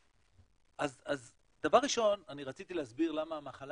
אז דבר ראשון אני רציתי להסביר למה המחלה